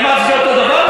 אמרתי שאותו דבר?